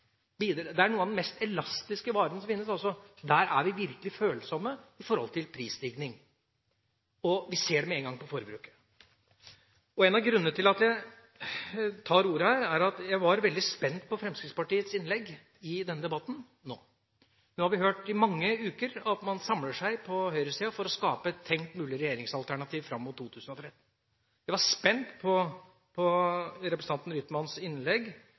av de mest elastiske varene som finnes – her er vi virkelig følsomme når det gjelder prisstigning. Vi ser det på forbruket, med en gang. En av grunnene til at jeg tok ordet her, var at jeg var veldig spent på Fremskrittspartiets innlegg i denne debatten. Nå har vi i mange uker hørt at man på høyresida samler seg for å skape et tenkt – et mulig – regjeringsalternativ fram mot 2013. Jeg var spent på representanten Rytmans innlegg,